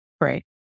Great